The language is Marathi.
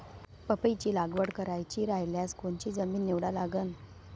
पपईची लागवड करायची रायल्यास कोनची जमीन निवडा लागन?